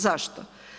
Zašto?